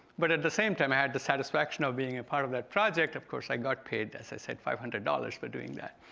but at the same time i had the satisfaction of being a part of that project. of course i got paid, as i said, five hundred dollars for doing that.